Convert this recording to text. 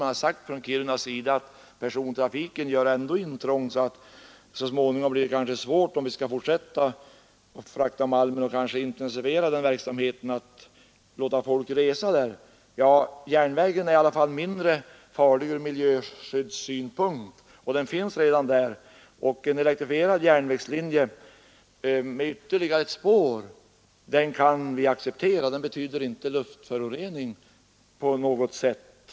Man har sagt från Kiruna att persontrafiken gör sådant intrång på malmbanan att det blir svårt om vi skall fortsätta att frakta malm. Järnvägen är i alla fall mindre farlig ur miljöskyddssynpunkt, och så finns den redan där. En elektrifierad järnvägslinje med ytterligare ett spår kan vi acceptera. Den betyder inte luftförorening på något sätt.